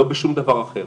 לא בשום דבר אחר.